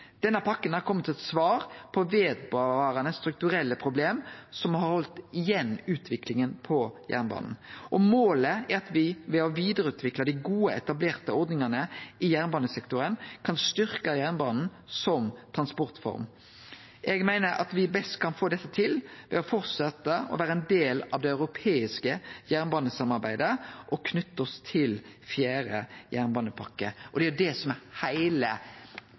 Denne pakka har kome som eit svar på vedvarande strukturelle problem som har halde igjen utviklinga på jernbanen, og målet er at me ved å vidareutvikle dei gode etablerte ordningane i jernbanesektoren kan styrkje jernbanen som transportform. Eg meiner at me best kan få dette til ved å fortsetje å vere ein del av det europeiske jernbanesamarbeidet og knytte oss til fjerde jernbanepakke, og det er jo det som er heile